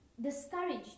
discouraged